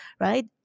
right